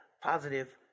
positive